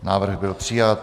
Návrh byl přijat.